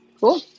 Cool